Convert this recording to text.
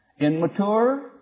Immature